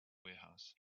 warehouse